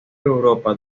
europa